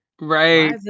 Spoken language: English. right